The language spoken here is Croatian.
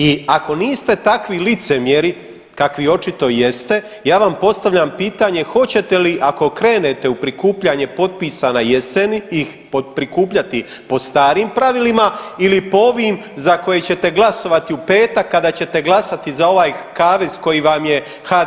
I ako niste takvi licemjeri kakvi očito jeste ja vam postavljam pitanje hoćete li ako krenete u prikupljanje potpisa na jeseni ih prikupljati po starim pravilima ili po ovim za koje ćete glasovati u petak kada ćete glasati za ovaj kavez koji vam je HDZ pripremio?